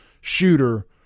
shooter